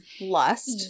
lust